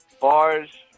bars